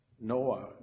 Noah